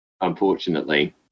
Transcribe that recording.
unfortunately